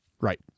Right